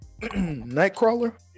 Nightcrawler